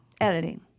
Editing